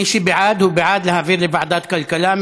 מי שבעד הוא בעד להעביר לוועדת הכלכלה,